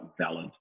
valid